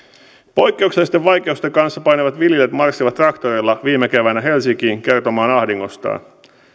poikkeuksellisten vaikeuksien kanssa painivat viljelijät marssivat traktoreilla viime keväänä helsinkiin kertomaan ahdingostaan